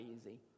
easy